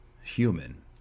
human